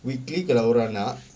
weekly kalau orang nak